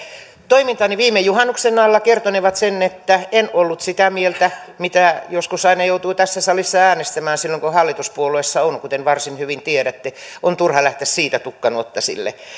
toimintani viime juhannuksen alla kertonee sen että en ollut sitä mieltä mitä joskus aina joutuu tässä salissa äänestämään silloin kun hallituspuolueessa on kuten varsin hyvin tiedätte on turha lähteä siitä tukkanuottasille